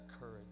courage